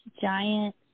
giant